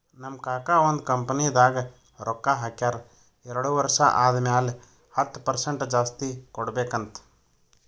ನಮ್ ಕಾಕಾ ಒಂದ್ ಕಂಪನಿದಾಗ್ ರೊಕ್ಕಾ ಹಾಕ್ಯಾರ್ ಎರಡು ವರ್ಷ ಆದಮ್ಯಾಲ ಹತ್ತ್ ಪರ್ಸೆಂಟ್ ಜಾಸ್ತಿ ಕೊಡ್ಬೇಕ್ ಅಂತ್